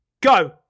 Go